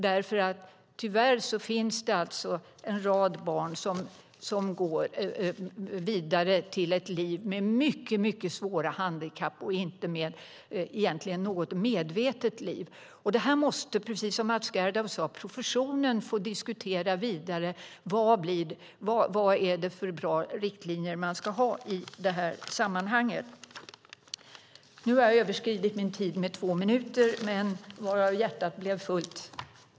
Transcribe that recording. Det finns nämligen en rad barn som tyvärr går vidare till ett liv med mycket, mycket svåra handikapp utan något medvetet liv. Precis som Mats Gerdau sade måste professionen få diskutera detta vidare för att komma fram till vilka riktlinjer man ska ha i det här sammanhanget. Nu har jag överskridit min tid med två minuter, men varav hjärtat är fullt och så vidare.